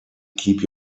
keep